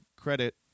credit